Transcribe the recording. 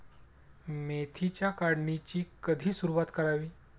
मेथीच्या काढणीची कधी सुरूवात करावी?